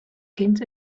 kind